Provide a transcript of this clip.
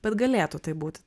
bet galėtų taip būt